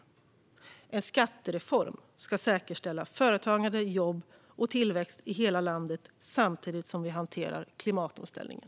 En skattereform ska säkerställa företagande, jobb och tillväxt i hela landet samtidigt som vi hanterar klimatomställningen.